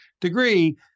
degree